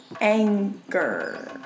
anger